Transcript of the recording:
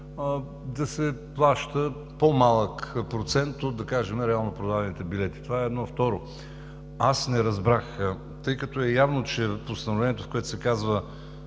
да се плаща по-малък процент, да кажем, от реално продадените билети. Това е едно. Второ, аз не разбрах, тъй като е явно, че Постановлението, в което се казва